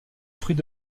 fruits